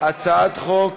הצעת חוק